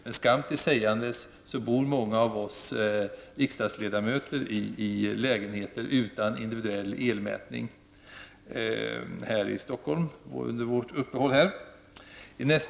Men skam till sägandes bor många av oss riksdagsledamöter under vår vistelse här i Stockholm i lägenheter utan individuell elmätning.